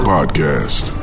Podcast